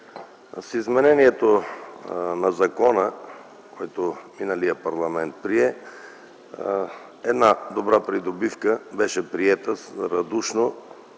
С изменението на закона, което миналият парламент прие, една добра придобивка беше приета радушно